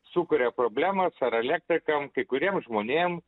sukuria problemas ar elektrikam kai kuriem žmonėm